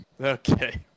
Okay